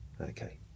Okay